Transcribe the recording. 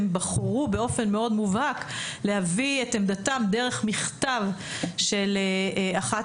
והן בחרו באופן מאוד מובהק להביא את עמדתם דרך מכתב של אחת